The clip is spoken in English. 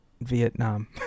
Vietnam